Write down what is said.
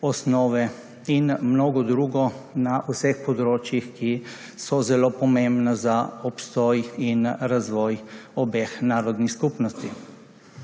osnove in mnogo drugega na vseh področjih, ki so zelo pomembna za obstoj in razvoj obeh narodnih skupnosti.